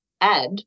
add